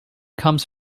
comes